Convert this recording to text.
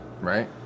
Right